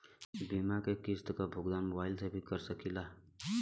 बीमा के किस्त क भुगतान मोबाइल से भी कर सकी ला?